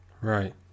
right